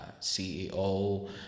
CEO